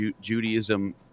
Judaism